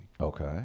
Okay